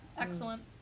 Excellent